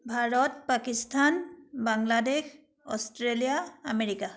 Bharat Pakistan Bangladesh Australia America